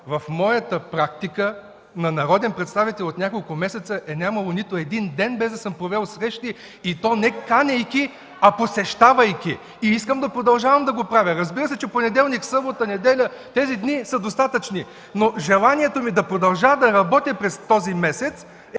в моята практика на народен представител от няколко месеца не е имало нито един ден, без да съм провел срещи, и то не канейки, а посещавайки! И искам да продължавам да го правя! Разбира се, че понеделник, събота, неделя – тези дни са достатъчни, но желанието ми да продължа да работя през този месец